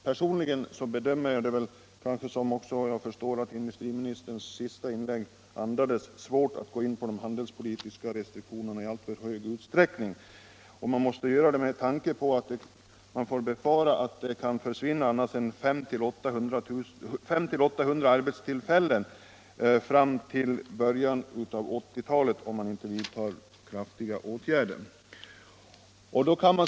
Personligen bedömer jag — och industriministerns senaste inlägg andades också den uppfattningen — det som svårt att gå in för handelspolitiska restriktioner i alltför hög grad. Men då måste man vidta kraftfulla industripolitiska åtgärder, med tanke på att man kan befara att det annars kan försvinna 500-800 arbetstillfällen fram till början av 1980-talet.